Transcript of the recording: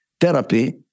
therapy